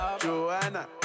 Joanna